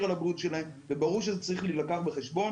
על הבריאות שלהם וברור שזה צריך להילקח בחשבון.